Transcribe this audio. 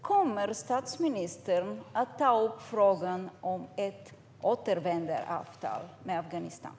Kommer statsministern att ta upp frågan om ett återvändandeavtal med Afghanistan?